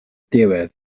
diwedd